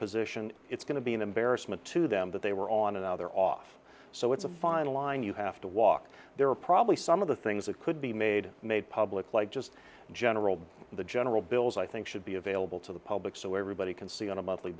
position it's going to be an embarrassment to them that they were on another off so it's a fine line you have to walk there are probably some of the things that could be made made public like just general the general bills i think should be available to the public so everybody can see on a monthly